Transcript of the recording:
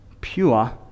pure